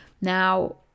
Now